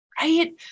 right